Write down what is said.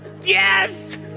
yes